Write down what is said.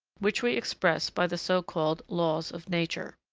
which we express by the so-called laws of nature